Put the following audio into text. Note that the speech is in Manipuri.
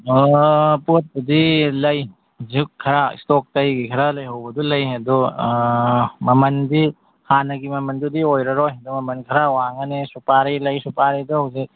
ꯑꯥ ꯄꯣꯠꯄꯨꯗꯤ ꯂꯩ ꯖꯨꯒ ꯈꯔ ꯏꯁꯇꯣꯛꯇꯒꯤ ꯈꯔ ꯂꯩꯍꯧꯕꯗꯨ ꯂꯩ ꯑꯗꯨ ꯃꯃꯟꯗꯤ ꯍꯥꯟꯅꯒꯤ ꯃꯃꯟꯗꯨꯗꯤ ꯑꯣꯏꯔꯔꯣꯏ ꯃꯃꯟ ꯈꯔ ꯋꯥꯡꯉꯅꯤ ꯁꯨꯄꯥꯔꯤ ꯂꯩ ꯁꯨꯄꯥꯔꯤꯗꯣ ꯍꯧꯖꯤꯛ